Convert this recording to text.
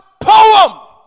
poem